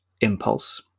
impulse